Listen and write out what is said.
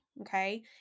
Okay